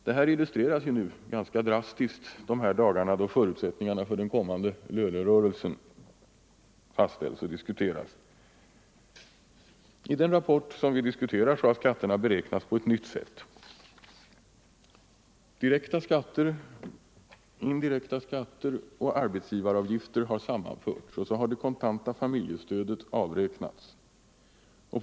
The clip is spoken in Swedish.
Det har illustrerats ganska drastiskt i dessa dagar, när förutsättningarna för den kommande lönerörelsen fastställs och diskuteras. I den rapport vi debatterar har skatterna beräknats på ett nytt sätt: Direkta skatter, indirekta skatter och arbetsgivaravgifter har sammanförts, och det kontanta familjestödet har avräknats.